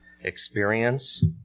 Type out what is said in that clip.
experience